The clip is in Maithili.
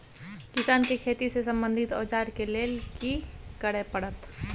किसान के खेती से संबंधित औजार के लेल की करय परत?